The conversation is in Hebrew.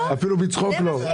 הבנת.